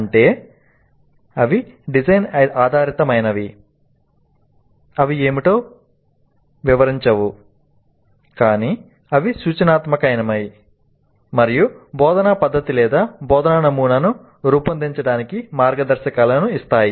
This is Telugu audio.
అంటే అవి డిజైన్ ఆధారితమైనవి అవి ఏమిటో వివరించవు కానీ అవి సూచనాత్మకమైనవి మరియు బోధనా పద్ధతి లేదా బోధనా నమూనాను రూపొందించడానికి మార్గదర్శకాలను ఇస్తాయి